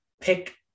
pick